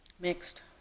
Mixed